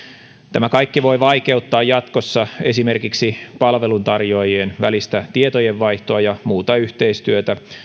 tämä kaikki voi vaikeuttaa jatkossa esimerkiksi palveluntarjoajien välistä tietojenvaihtoa ja muuta yhteistyötä